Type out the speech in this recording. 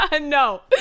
No